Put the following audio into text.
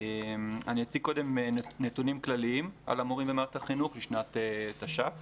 אני אציג קודם נתונים כלליים על המורים במערכת החינוך לשנת תש"ף,